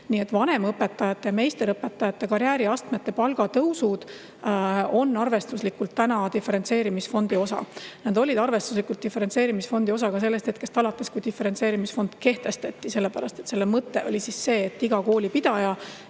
saadetud. Vanemõpetaja ja meisterõpetaja karjääriastme palgatõus on täna arvestuslikult diferentseerimisfondi osa. Need olid arvestuslikult diferentseerimisfondi osa ka sellest hetkest alates, kui diferentseerimisfond kehtestati. Selle mõte oli, et iga koolipidaja